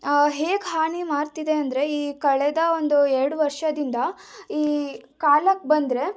ಹೇಗೆ ಹಾನಿ ಮಾಡ್ತಿದೆ ಅಂದರೆ ಈ ಕಳೆದ ಒಂದು ಎರಡು ವರ್ಷದಿಂದ ಈ ಕಾಲಕ್ಕೆ ಬಂದರೆ